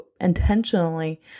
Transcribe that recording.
intentionally